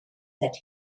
that